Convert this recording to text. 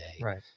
right